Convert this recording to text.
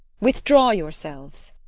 withdraw yourselves.